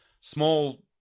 small